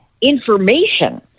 information